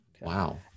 Wow